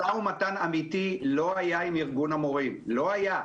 משא-ומתן אמיתי לא היה עם ארגון המורים, לא היה.